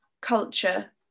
culture